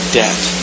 debt